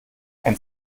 ein